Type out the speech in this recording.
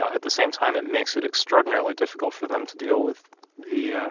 at the same time, it makes it extraordinarily difficult for them to deal with the ah